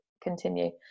continue